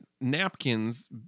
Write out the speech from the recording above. Napkins